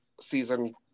season